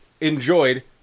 enjoyed